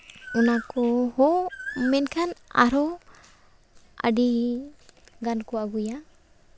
ᱚᱱᱟ ᱠᱚ ᱦᱚᱸ ᱢᱮᱱᱠᱷᱟᱱ ᱟᱨ ᱦᱚᱸ ᱟᱹᱰᱤ ᱜᱟᱱ ᱠᱚ ᱟᱹᱜᱩᱭᱟ